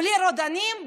בלי רודנים,